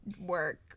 work